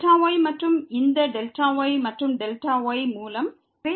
Δy மற்றும் இந்த Δy மற்றும் Δy மூலம் வகுக்கப்பட்ட உறுப்பு ரத்து செய்யப்படும்